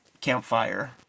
campfire